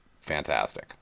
fantastic